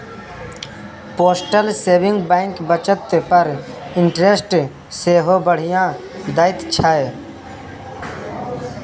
postal saving bank बचत पर interest सेहो बढ़ियाँ दैत छै